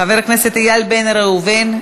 חבר הכנסת איל בן ראובן,